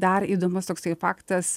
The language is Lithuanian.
dar įdomus toksai faktas